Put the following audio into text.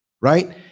right